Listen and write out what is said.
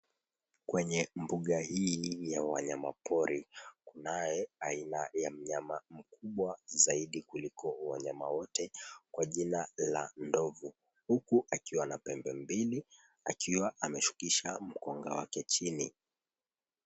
Kwenye mbuga hii ya wanyamapori kunaye aina ya mnyama mkubwa zaidi kuliko wanyama wote kwa jina la ndovu huku akiwa na pembe mbili, akiwa ameshukisha mkonga wake chini.